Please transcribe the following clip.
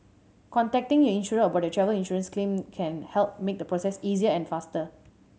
contacting your insurer about your travel insurance claim can help make the process easier and faster